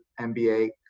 MBA